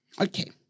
Okay